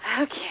Okay